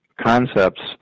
concepts